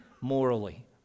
morally